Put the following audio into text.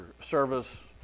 service